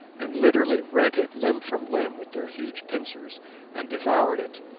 and literally rent it limb from limb with their huge pincers and devoured it,